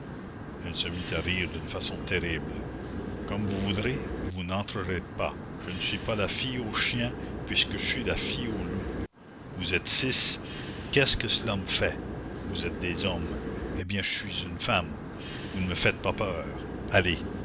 mit à rire d'une façon terrible comme vous voudrez vous n'entrerez pas je ne suis pas la fille au chien puisque je suis la fille au loup vous êtes six qu'est-ce que cela me fait vous êtes des hommes eh bien je suis une femme vous ne me faites pas peur allez